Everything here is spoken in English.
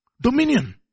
Dominion